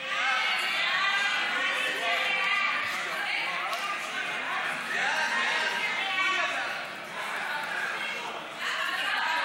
ההצעה להעביר את הצעת חוק הכשרות המשפטית והאפוטרופסות (תיקון,